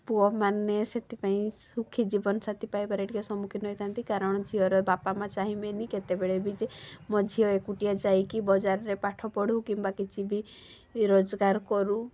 ପୁଅମାନେ ସେଥିପାଇଁ ସୁଖୀ ଜୀବନସାଥୀ ପାଇବାରେ ଟିକିଏ ସମ୍ମୁଖୀନ ହୋଇଥାନ୍ତି କାରଣ ଝିଅର ବାପା ମା' ଚାହିଁବେନି କେତେବେଳେ ବି ଯେ ମୋ ଝିଅ ଏକୁଟିଆ ଯାଇକି ବଜାରରେ ପାଠ ପଢ଼ୁ କିମ୍ବା କିଛି ବି ରୋଜଗାର କରୁ